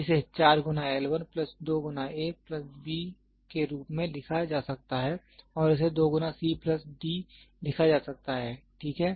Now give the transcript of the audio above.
इसे 4 गुना L 1 plus 2 गुना a प्लस b के रूप में लिखा जा सकता है और इसे 2 गुना c प्लस d लिखा जा सकता है ठीक है